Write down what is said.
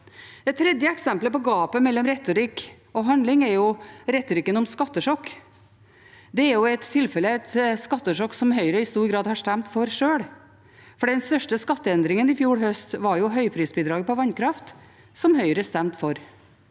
Det tredje eksempelet på gapet mellom retorikk og handling er retorikken om skattesjokk. Det er i tilfelle et skattesjokk som Høyre i stor grad har stemt for sjøl, for den største skatteendringen i fjor høst var høyprisbidraget på vannkraft, som Høyre stemte for.